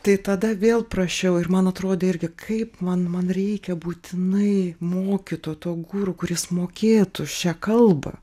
tai tada vėl prašiau ir man atrodė irgi kaip man man reikia būtinai mokytojo to guru kuris mokėtų šią kalbą